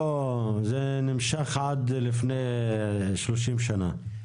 זה נמשך עד לפני 30 שנה.